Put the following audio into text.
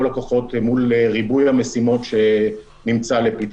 הכוחות מול ריבוי המשימות שנמצא לפתחה.